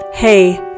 Hey